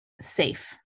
safe